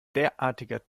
derartiger